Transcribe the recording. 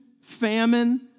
Famine